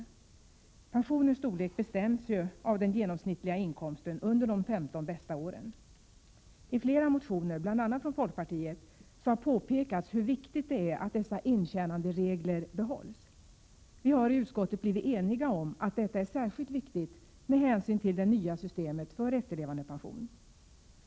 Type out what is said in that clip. Pensionens storlek bestäms av den genomsnittliga inkomsten under de 15 bästa åren. I flera motioner — bl.a. från folkpartiet — har påpekats hur viktigt det är att dessa intjänanderegler behålls. Vi har i utskottet blivit eniga om att detta är särskilt viktigt med hänsyn till det nya systemet för efterlevandepension.